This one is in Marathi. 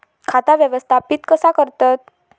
खाता व्यवस्थापित कसा करतत?